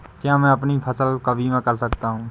क्या मैं अपनी फसल का बीमा कर सकता हूँ?